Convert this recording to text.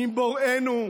עם בוראנו,